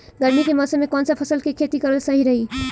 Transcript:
गर्मी के मौषम मे कौन सा फसल के खेती करल सही रही?